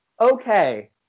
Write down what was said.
okay